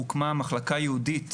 הוקמה ייעודית